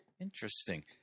Interesting